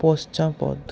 পশ্চাৎপদ